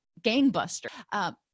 gangbuster